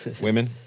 Women